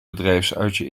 bedrijfsuitje